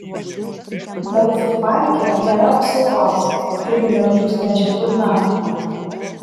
delfų parke nėra apsaugos priminiau džiūstančia burna